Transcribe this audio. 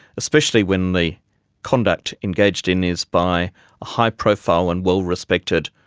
especially when the conduct engaged in is by a high profile and well respected,